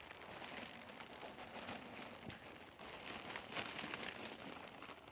for